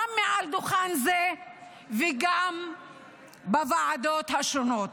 גם מעל דוכן זה וגם בוועדות השונות.